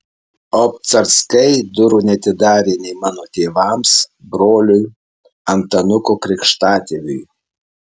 obcarskai durų neatidarė nei mano tėvams broliui antanuko krikštatėviui